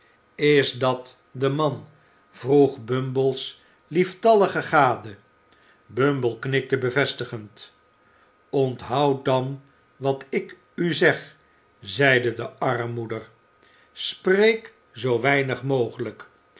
is dat de man vroeg bumble's lieftallige gade bumble knikte bevestigend onthoud dan wat ik u zeg zeide de armmoeder spreek zoo weinig mogelijk